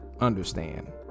understand